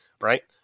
Right